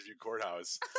courthouse